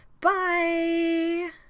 Bye